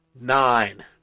nine